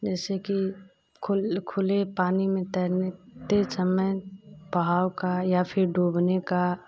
जैसे कि खुल खुले पानी में तैरने ते समय बहाव का या फिर डूबने का